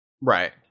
Right